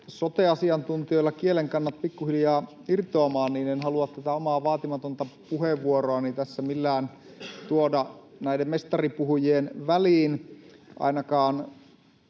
sote-asiantuntijoilla kielenkannat pikkuhiljaa irtoamaan, niin en halua tätä omaa vaatimatonta puheenvuoroani tässä millään tuoda näiden mestaripuhujien väliin, ainakaan